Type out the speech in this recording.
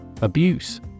Abuse